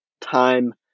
time